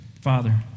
Father